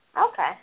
Okay